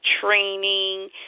training